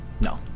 No